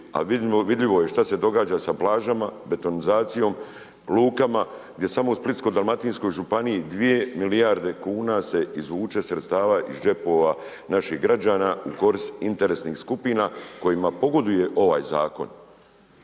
a vidljivo je što se događa sa plažama, betonizacijom, lukama, gdje samo u Splitsko-dalmatinskoj županiji 2 milijardi kuna se izvuče sredstva iz džepova naših građana u koristi interesnih skupina kojima pogoduje ovaj zakon.